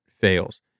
fails